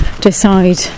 decide